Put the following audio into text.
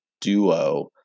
duo